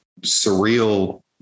surreal